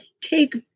take